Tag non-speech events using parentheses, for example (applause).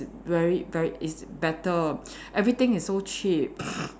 very very it's better everything is so cheap (noise)